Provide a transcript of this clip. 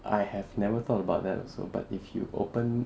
I have never thought about that also but if you open